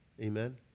amen